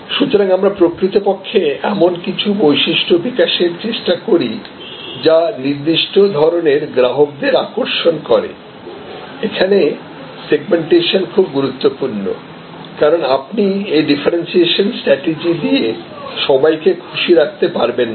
সুতরাং আমরা প্রকৃতপক্ষে এমন কিছু বৈশিষ্ট্য বিকাশের চেষ্টা করি যা নির্দিষ্ট ধরণের গ্রাহকদের আকর্ষণ করে এখানে সেগমেন্টেশন খুব গুরুত্বপূর্ণ কারণ আপনি এই ডিফারেন্সিয়েশন স্ট্রাটেজি দিয়ে সবাইকে খুশি রাখতে পারবেন না